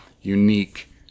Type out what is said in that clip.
unique